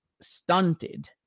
stunted